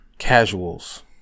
casuals